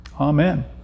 Amen